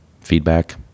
feedback